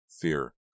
Fear